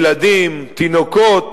ילדים, תינוקות